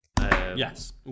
Yes